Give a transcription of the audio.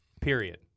period